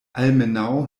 almenaŭ